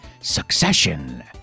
Succession